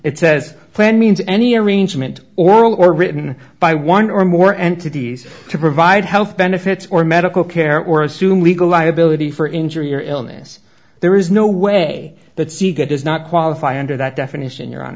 plan means any arrangement oral or written by one or more entities to provide health benefits or medical care or assume legal liability for injury or illness there is no way that siga does not qualify under that definition your hon